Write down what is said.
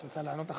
אתה ראית שבסוף